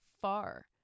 far